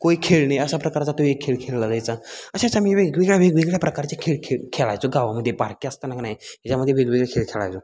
कोयी खेळणे अशा प्रकारचा तो एक खेळ खेळला जायचा अशाच आम्ही वेगवेगळ्या वेगवेगळ्या प्रकारचे खेळ खेळ खेळायचो गावामध्ये बारके असताना का नाही याच्यामध्ये वेगवेगळे खेळ खेळायचो